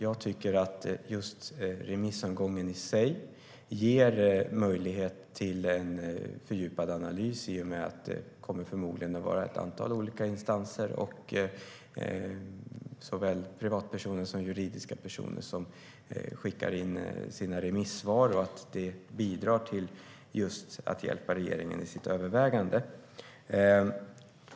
Jag tycker att remissomgången i sig ger möjlighet till en fördjupad analys i och med att det förmodligen kommer att vara ett antal olika instanser, såväl privatpersoner som juridiska personer, som skickar in sina remissvar. Det bidrar till att hjälpa regeringen i dess överväganden.